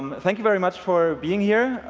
um thank you very much for being here.